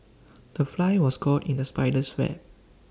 the fly was caught in the spider's web